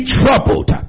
troubled